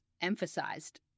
emphasized